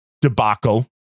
debacle